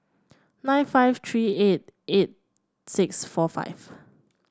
nine five three eight eight six four five